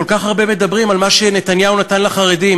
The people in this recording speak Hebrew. כל כך הרבה מדברים על מה שנתניהו נתן לחרדים,